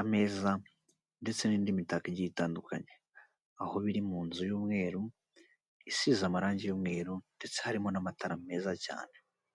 ameza ndetse n’indi mitako igiye itandukanye. Aho biri mu nzu y’umweru isize amarangi y’umweru, ndetse harimo n’amatara meza cyane.